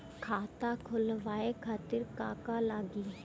खाता खोलवाए खातिर का का लागी?